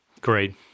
great